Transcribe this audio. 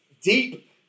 deep